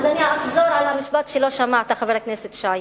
אז אני אחזור על המשפט שלא שמעת, חבר הכנסת שי.